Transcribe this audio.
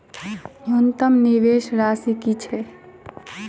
न्यूनतम निवेश राशि की छई?